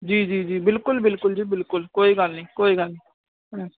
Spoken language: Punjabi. ਜੀ ਜੀ ਜੀ ਬਿਲਕੁਲ ਬਿਲਕੁਲ ਜੀ ਬਿਲਕੁਲ ਕੋਈ ਗੱਲ ਨਹੀਂ ਕੋਈ ਗੱਲ ਨਹੀਂ ਹਮ